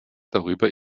darüber